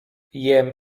jem